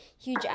huge